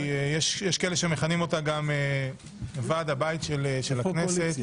יש כאלה שמכנים אותה גם ועד הבית של הכנסת,